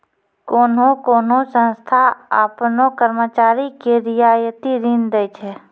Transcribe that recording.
कोन्हो कोन्हो संस्था आपनो कर्मचारी के रियायती ऋण दै छै